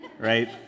Right